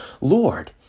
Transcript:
Lord